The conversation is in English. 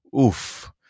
oof